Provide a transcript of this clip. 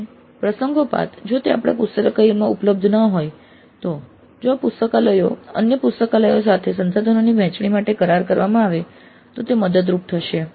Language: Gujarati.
અને પ્રસંગોપાત જો તે આપણા પુસ્તકાલયમાં ઉપલબ્ધ ન હોય તો જો આ પુસ્તકાલયનો અન્ય પુસ્તકાલયો સાથે સંસાધનોની વહેંચણી માટે કરાર કરવામાં આવે તો તે મદદરૂપ થશે